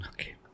Okay